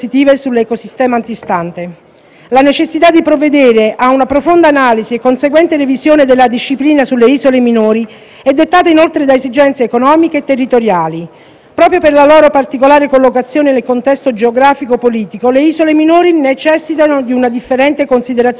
La necessità di provvedere a una profonda analisi e conseguente revisione della disciplina sulle isole minori è dettata inoltre da esigenze economiche e territoriali. Proprio per la loro particolare collocazione nel contesto geografico e politico, le isole minori necessitano di una differente considerazione rispetto alla normativa ordinaria.